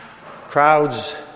Crowds